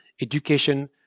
education